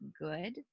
good